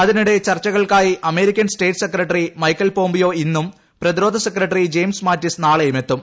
അതിനിടെ ചർച്ചകൾക്കായി American state secretary Michael Pompeo ഇന്നും പ്രതിരോധ സെക്രട്ടറി ജെയിംസ് മാറ്റിസ് നാളെയും എത്തും